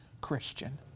Christian